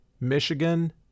Michigan